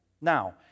Now